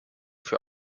für